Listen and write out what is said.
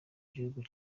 gihugu